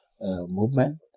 Movement